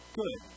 good